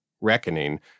reckoning